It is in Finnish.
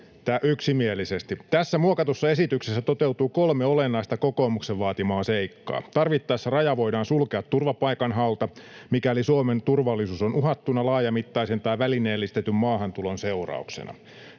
Tässä muokatussa esityksessä toteutuu kolme olennaista kokoomuksen vaatimaa seikkaa. Tarvittaessa raja voidaan sulkea turvapaikanhaulta, mikäli Suomen turvallisuus on uhattuna laajamittaisen tai välineellistetyn maahantulon seurauksena.